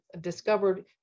discovered